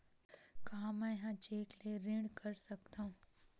का मैं ह चेक ले ऋण कर सकथव?